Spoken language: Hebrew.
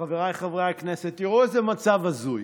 חבריי חברי הכנסת, תראו איזה מצב הזוי,